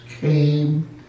came